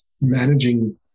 managing